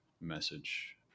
message